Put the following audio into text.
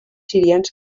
sirians